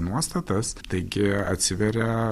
nuostatas taigi atsiveria